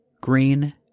green